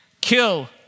kill